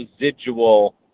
residual